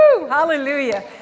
hallelujah